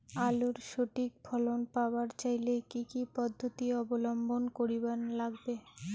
আলুর সঠিক ফলন পাবার চাইলে কি কি পদ্ধতি অবলম্বন করিবার লাগবে?